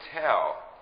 tell